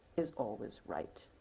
is always right.